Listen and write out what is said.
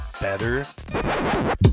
better